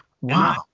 wow